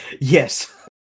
Yes